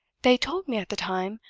they told me at the time,